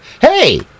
Hey